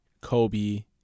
Kobe